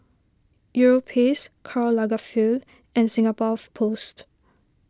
Europace Karl Lagerfeld and Singapore Post